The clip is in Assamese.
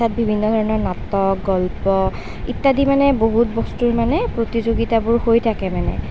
তাত বিভিন্ন ধৰণৰ নাটক গল্প ইত্যাদি মানে বহুত বস্তুৰ মানে প্ৰতিযোগীতাবোৰ হৈ থাকে মানে